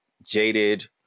jaded